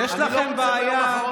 חבר הכנסת סעדה,